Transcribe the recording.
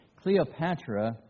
Cleopatra